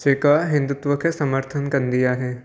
जेका हिंदुत्व खे समर्थन कंदी आहे